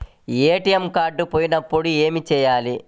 ATM card పోయినప్పుడు ఏమి చేయాలి?